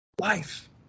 life